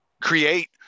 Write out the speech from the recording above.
create